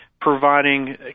providing